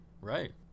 Right